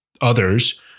others